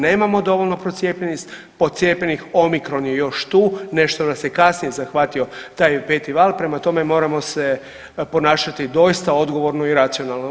Nemamo dovoljno procijepljenih, pocijepljenih, omikron je još tu, nešto nas je kasnije zahvatio taj 5. val, prema tome, moramo se ponašati doista odgovorno i racionalno.